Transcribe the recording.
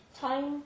Time